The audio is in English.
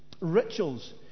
rituals